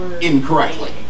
incorrectly